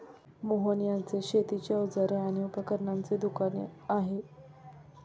मोहन यांचे शेतीची अवजारे आणि उपकरणांचे दुकान आहे